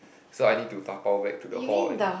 so I need to dabao back to the hall and eat